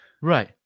right